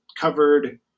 covered